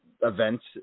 events